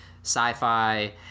sci-fi